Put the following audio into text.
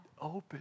open